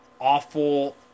awful